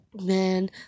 Man